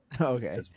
okay